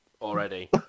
already